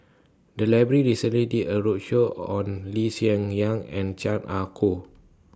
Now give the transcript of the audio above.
The Library recently did A roadshow on Lee Hsien Yang and Chan Ah Kow